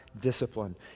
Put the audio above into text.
discipline